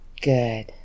Good